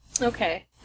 Okay